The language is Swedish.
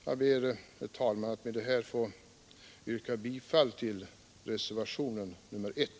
Jag ber med detta, herr talman, att få yrka bifall till reservationen 1.